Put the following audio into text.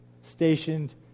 stationed